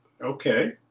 Okay